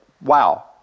Wow